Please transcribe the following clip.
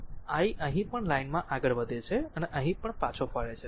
તેથી i અહીં પણ લાઇનમાં આગળ વધે છે અને અહીં પણ પાછો ફરે છે